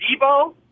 Debo